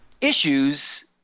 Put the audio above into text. issues